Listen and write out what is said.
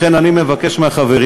לכן אני מבקש מהחברים,